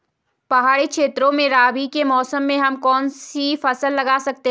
पहाड़ी क्षेत्रों में रबी के मौसम में हम कौन कौन सी फसल लगा सकते हैं?